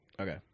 Okay